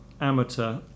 amateur